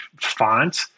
font